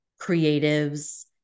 creatives